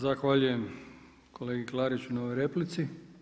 Zahvaljujem kolegi Klariću na ovoj replici.